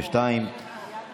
בעד, 47 נגד, אין נמנעים.